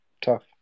Tough